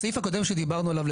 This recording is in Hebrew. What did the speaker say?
הסעיף הקודם שדיברנו עליו,